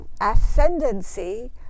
ascendancy